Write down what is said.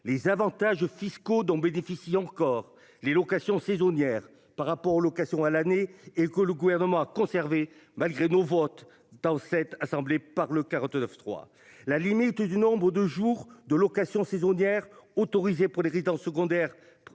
les avantages fiscaux dont bénéficient encore les locations saisonnières, par rapport. Location à l'année et que le gouvernement a conservé malgré nos votes dans cette assemblée, par le 49.3. La limite du nombre de jours de location saisonnière autorisé pour les résidences secondaires